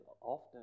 often